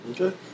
Okay